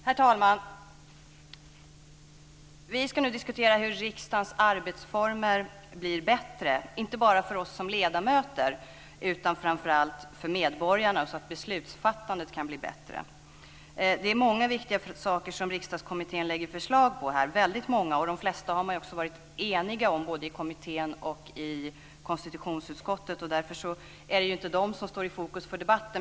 Herr talman! Vi ska nu diskutera hur riksdagens arbetsformer blir bättre, inte bara för oss som ledamöter utan framför allt för medborgarna, så att beslutsfattandet kan bli bättre. Det är många viktiga saker som Riksdagskommittén har lagt fram förslag om. De flesta förslag har man varit eniga om i kommittén och i konstitutionsutskottet. Därför är det inte de som står i fokus för debatten.